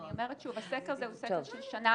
אני אומרת שוב הסקר הזה הוא סקר של שנה